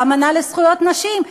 באמנה לזכויות נשים?